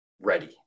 ready